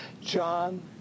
John